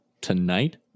tonight